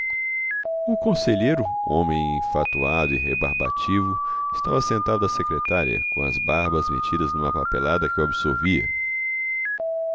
conselheiro homem enfatuado e rebarbativo estava sentado à secretária com as barbas metidas numa papelada que o absorvia